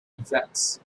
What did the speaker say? events